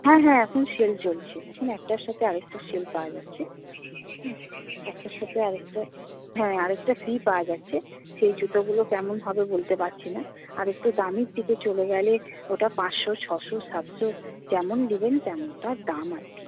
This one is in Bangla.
হ্যাঁ হ্যাঁ এখন সেল চলছে এখন একটার সাথে আরেকটার সেল পাওয়া যাচ্ছে একটার সাথে আরেকটা হ্যাঁ আরেকটা ফ্রি পাওয়া যাচ্ছে সেই জুতোগুলো কেমন হবে বলতে পারছি না আর একটু দামির দিকে চলে গেলে ওটা পাঁচশো ছশো সাতশো যেমন নেবেন তেমন তার দাম আর কি